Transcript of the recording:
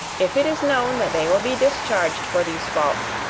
if it is known that they will be discharged for these faults,